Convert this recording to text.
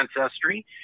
ancestry